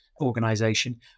organization